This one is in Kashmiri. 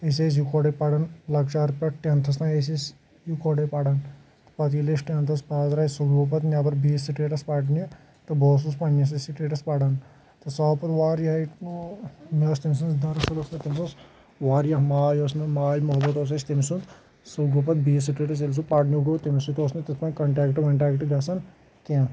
أسۍ ٲسۍ یِکوَٹے پَران لۄکچارٕ پؠٹھ ٹؠنتَھس تام ٲسۍ أسۍ یِکوَٹے پَران پَتہٕ ییٚلہِ أسۍ ٹؠنتھَس پاس درٛایہِ سُہ گوٚو پَتہٕ نؠبَر بیٚکِس سٹیٹس پَرنہِ تہٕ بہٕ اوسُس پَننِسٕے سٹیٹس پَرن تہٕ سُہ آو پَتہٕ واریاہے مےٚ ٲس تٔمۍ سٕنز دَرٕد ٲس مےٚ تٔمۍ سٕنز واریاہ ماۓ ٲس مےٚ ماے محَبَت اوس اَسہِ تٔمۍ سُند سُہ گوٚو پَتہٕ بیٚیِس سٹیٹس ییٚلہِ سُہ پَرنہِ گوٚو تٔمِس سۭتۍ اوس نہٕ تِتھ کٔنۍ کَنٹیکٹ وَںٹیکٹ گژھان کینٛہہ